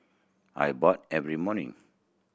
I every morning